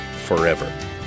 forever